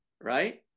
right